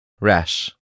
Rash